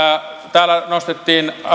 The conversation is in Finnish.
täällä nostettiin